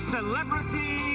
Celebrity